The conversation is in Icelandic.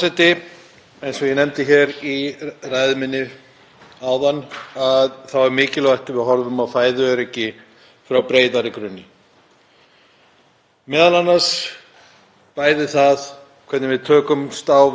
grunni, bæði hvernig við tökumst á við það þegar verðlag er að hækka og þetta verður dýrt og líka þegar aðgangur að ýmsum vörum takmarkast.